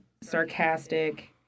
sarcastic